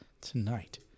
tonight